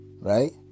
right